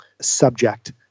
subject